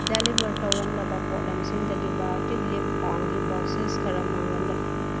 deliver ꯇꯧꯔꯝꯂꯕ ꯄꯣꯠꯂꯝꯁꯤꯡꯗꯒꯤ Biotique lip ꯕꯥꯝꯒꯤ ꯕꯣꯛꯁꯦꯁ ꯈꯔ ꯃꯥꯡꯂꯝꯃꯦ